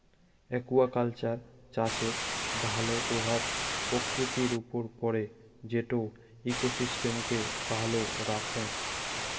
aquaculture চাষের ভাল প্রভাব প্রকৃতির উপর পড়ে যেটো ইকোসিস্টেমকে ভালো রাখঙ